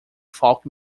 folk